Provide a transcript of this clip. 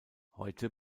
heute